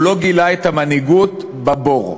הוא לא גילה את המנהיגות בבור.